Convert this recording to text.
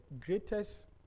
greatest